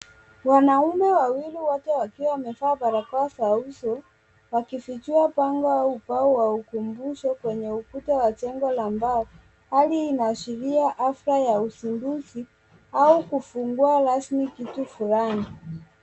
Wanaume wawili wote wakiwa wamevaa barakoa za uso wakifichua bango au mbao la ukumbusho kwenye ukuta wa jengo la mbao. Hali hii inaashiria hafla ya uzinduzi au kufungua rasmi kitu fulani.